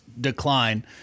decline